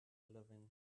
living